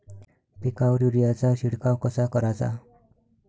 पिकावर युरीया चा शिडकाव कसा कराचा?